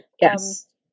Yes